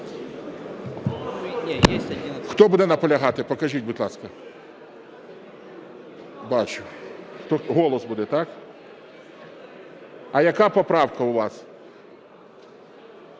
Хто буде наполягати, покажіть, будь ласка. Бачу. "Голос" буде, так? А яка поправка у вас?